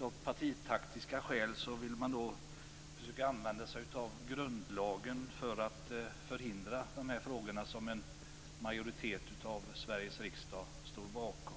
av partitaktiska skäl vill försöka använda sig av grundlagen för att förhindra det som en majoritet av Sveriges riksdag står bakom.